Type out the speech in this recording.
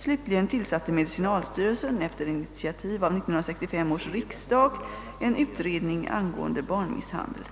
Slutligen tillsatte medicinalstyrelsen efter initiativ av 1965 års riksdag en utredning angående barnmisshandel.